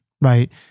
right